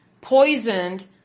poisoned